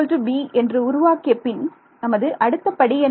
Axb என்று உருவாக்கிய பின் நமது அடுத்த படி என்ன